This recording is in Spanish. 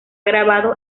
grabado